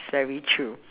that is very true mm